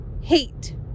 hate